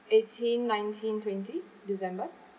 eighteen nineteen twenty december